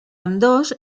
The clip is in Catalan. ambdós